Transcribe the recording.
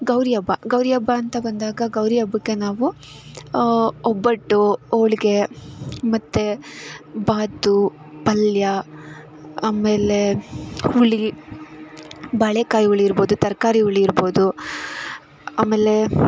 ಗೌರಿ ಹಬ್ಬ ಗೌರಿ ಹಬ್ಬ ಅಂತ ಬಂದಾಗ ಗೌರಿ ಹಬ್ಬಕ್ಕೆ ನಾವು ಒಬ್ಬಟ್ಟು ಹೋಳ್ಗೆ ಮತ್ತು ಭಾತು ಪಲ್ಯ ಆಮೇಲೆ ಹುಳಿ ಬಾಳೆ ಕಾಯಿ ಹುಳಿ ಇರ್ಬೋದು ತರಕಾರಿ ಹುಳಿ ಇರ್ಬೋದು ಆಮೇಲೆ